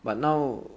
but now